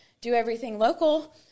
do-everything-local